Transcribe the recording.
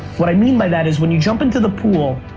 what i mean by that is when you jump into the pool,